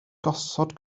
gosod